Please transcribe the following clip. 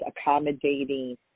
accommodating